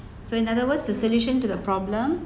so in other words the solution to the problem